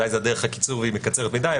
אולי דרך הקיצור מקצרת מדי.